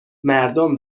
مردم